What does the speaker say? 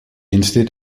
instead